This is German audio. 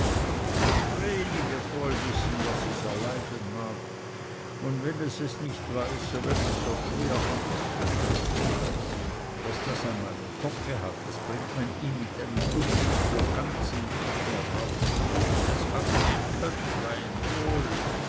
das vreni wird wohl wissen was es erleiden mag und wenn es es nicht weiß so ist es doch schwer anders zu brichten was das einmal im kopfe hat das bringt man ihm mit einem dutzend purganzen nicht mehr raus das hat ein köpflein wohl